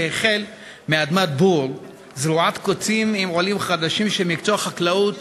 שהחל מאדמת בור זרועת קוצים עם עולים חדשים שמקצוע החקלאות